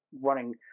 running